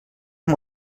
els